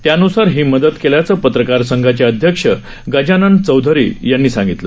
त्यान्सार ही मदत केल्याचं पत्रकार संघाचे अध्यक्ष गजानन चौधरी यांनी सांगितलं